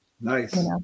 Nice